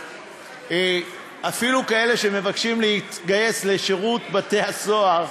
אפילו כאלה שמבקשים להתגייס לשירות בתי-הסוהר